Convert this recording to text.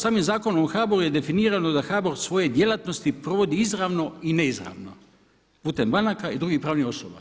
Sami Zakon o HBOR-u je definiran da HBOR svoje djelatnosti provodi izravno i neizravno, putem banaka i drugih pravnih osoba.